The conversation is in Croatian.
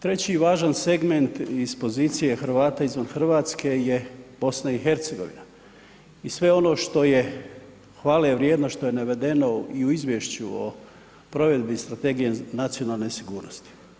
Treći važan segment iz pozicije Hrvata izvan Hrvatske je BiH i sve ono što je hvale vrijedno, što je navedeno i u izvješću o provedbi Strategije nacionalne sigurnosti.